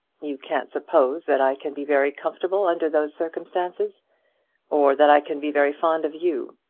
you can't suppose that i can be very comfortable under those circumstances or that i can be very fond of you.